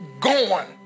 gone